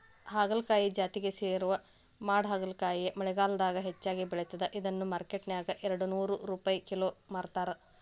ಹಾಗಲಕಾಯಿ ಜಾತಿಗೆ ಸೇರೋ ಮಾಡಹಾಗಲಕಾಯಿ ಮಳೆಗಾಲದಾಗ ಹೆಚ್ಚಾಗಿ ಬೆಳಿತದ, ಇದನ್ನ ಮಾರ್ಕೆಟ್ನ್ಯಾಗ ಎರಡನೂರ್ ರುಪೈ ಕಿಲೋ ಮಾರ್ತಾರ